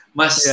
mas